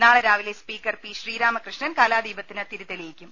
നാളെ രാവിലെ speaker P Sreeramakrishnan കലാദീപ ത്തിന് തിരി തെളിയിക്കും